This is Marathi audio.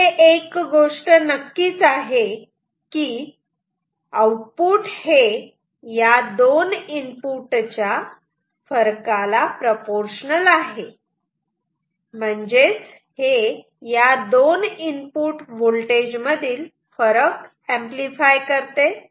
इथे एक गोष्ट नक्कीच आहे की आउटपुट हे या दोन इनपुट च्या फरकाला प्रोपोर्शनल आहे म्हणजेच हे या दोन इनपुट होल्टेज मधील फरक ऍम्प्लिफाय करते